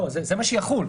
זה מה שיחול.